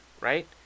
right